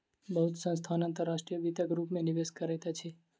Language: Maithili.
बहुत संस्थान अंतर्राष्ट्रीय वित्तक रूप में निवेश करैत अछि